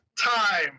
time